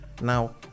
Now